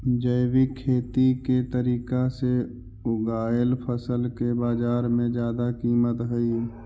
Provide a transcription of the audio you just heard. जैविक खेती के तरीका से उगाएल फसल के बाजार में जादा कीमत हई